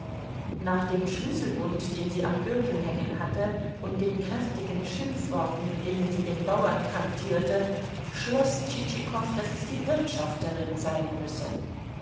nach dem schlüsselbund den sie am gürtel hängen hatte und den kräftigen schimpfworten mit denen sie den bauern traktierte schloß tschitschikow daß es die wirtschafterin sein müsse